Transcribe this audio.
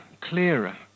clearer